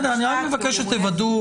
אני רק מבקש שתוודאו.